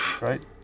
right